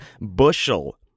bushel